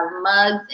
Mugs